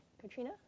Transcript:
Katrina